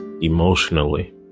emotionally